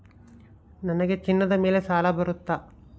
ನನಗೆ ಚಿನ್ನದ ಮೇಲೆ ಸಾಲ ಬರುತ್ತಾ?